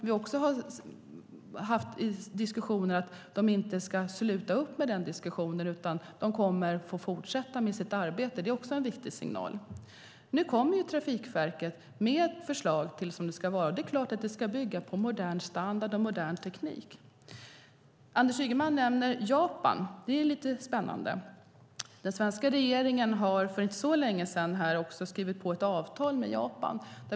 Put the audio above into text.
Vi har haft diskussioner om att kommunerna inte ska sluta med den diskussionen, utan de kommer att få fortsätta med sitt arbete. Det är en viktig signal. Nu kommer Trafikverket med ett förslag. Det är klart att det ska bygga på att man använder modern standard och modern teknik. Anders Ygeman nämner Japan. Det är lite spännande. Den svenska regeringen skrev för inte så länge sedan på ett avtal med Japan.